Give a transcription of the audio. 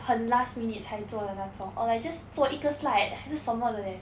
很 last minute 才做的那种 or like just 做一个 slide 还是什么的 leh